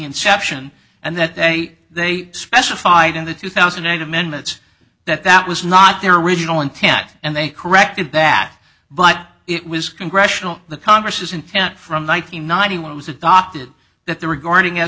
inception and that they they specified in the two thousand and eight amendments that that was not their original intent and they corrected that but it was congressional the congress is intent from like ninety one it was adopted that the regarding as